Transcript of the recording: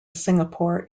singapore